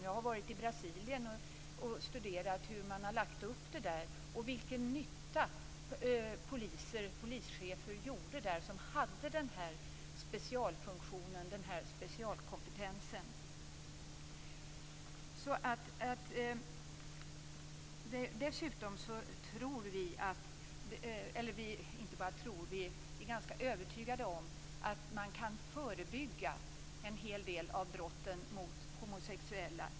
Jag har varit i Brasilien och studerat hur man har lagt upp det där. Jag såg vilken nytta polischefer som hade den här specialkompetensen gjorde. Dessutom är vi ganska övertygade om att man kan förebygga en hel del av brotten mot homosexuella.